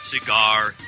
Cigar